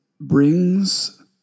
brings